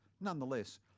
Nonetheless